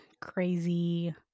crazy